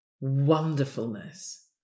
wonderfulness